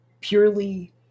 purely